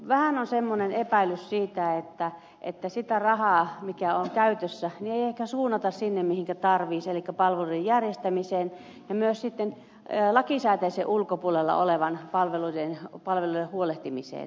vähän on semmoinen epäilys siitä että sitä rahaa mikä on käytössä ei ehkä suunnata sinne mihinkä tarvittaisiin elikkä palveluiden järjestämiseen ja myös sitten lakisääteisten ulkopuolella olevista palveluista huolehtimiseen